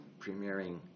premiering